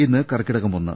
ഇന്ന് കർക്കിടകം ഒന്ന്